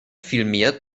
vielmehr